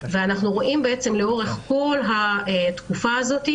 אנחנו רואים לאורך כל התקופה הזאת,